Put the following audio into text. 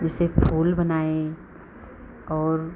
जैसे फूल बनाए और